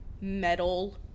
metal